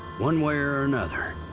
one way or another,